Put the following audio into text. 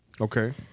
Okay